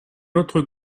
autre